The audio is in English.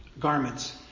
garments